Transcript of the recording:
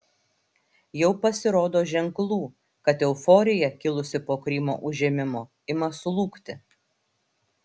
jau pasirodo ženklų kad euforija kilusi po krymo užėmimo ima slūgti